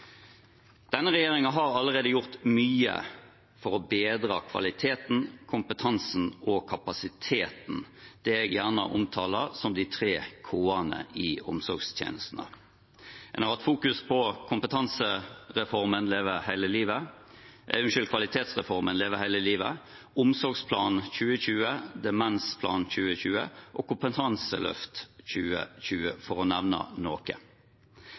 Denne regjeringen har allerede gjort mye for å bedre kvaliteten, kompetansen og kapasiteten – det jeg gjerne omtaler som de tre k-ene i omsorgstjenestene. En har hatt fokus på kvalitetsreformen Leve hele livet, Omsorgsplan 2020, Demensplan 2020 og Kompetanseløft 2020 – for å nevne noe.